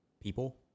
people